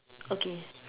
okay